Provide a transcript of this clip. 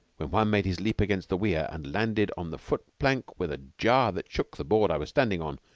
when one made his leap against the weir, and landed on the foot-plank with a jar that shook the board i was standing on,